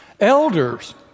Elders